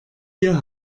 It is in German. hier